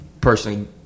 personally